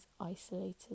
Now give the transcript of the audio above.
isolated